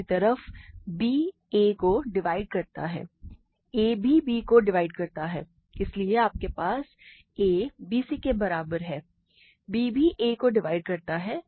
दूसरी तरफ b a को डिवाइड करता है a भी b को डिवाइड करता है इसलिए आपके पास a bc के बराबर है b भी a को डिवाइड करता है